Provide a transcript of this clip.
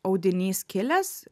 audinys kilęs